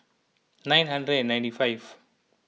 nine hundred and ninety five